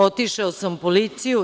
Otišao sam u policiju